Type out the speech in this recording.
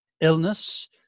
illness